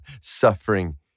suffering